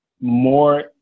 more